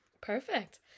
Perfect